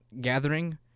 gathering